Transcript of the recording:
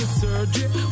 surgery